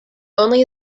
only